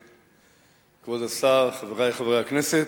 כבוד השר, חברי חברי הכנסת,